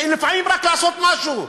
לפעמים יוצאים רק לעשות משהו.